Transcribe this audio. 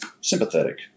sympathetic